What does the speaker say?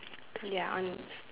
ya on